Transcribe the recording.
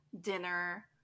dinner